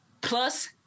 plus